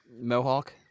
Mohawk